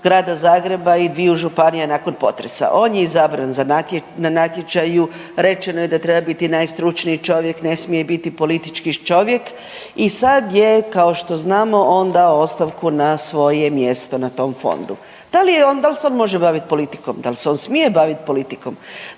Grada Zagreba i dviju županija nakon potresa. On je izabran na natječaju, rečeno je da treba biti najstručniji čovjek, ne smije biti politički čovjek i sad je kao što znamo on dao ostavku na svoje mjesto na tom fondu. Da li je on, dal se on može bavit politikom, dal se on smije bavit politikom,